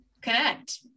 connect